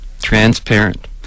transparent